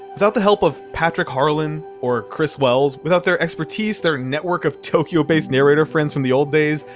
without the help of patrick harlan or chris wells without their expertise, their network of tokyo-based narrator friends from the old days,